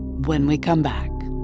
when we come back.